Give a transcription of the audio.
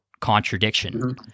contradiction